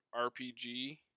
RPG